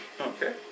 Okay